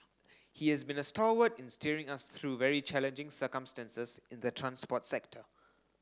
he has been a stalwart in steering us through very challenging circumstances in the transport sector